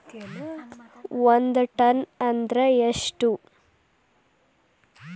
ಒಂದ್ ಟನ್ ಅಂದ್ರ ಎಷ್ಟ?